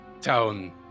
town